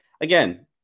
again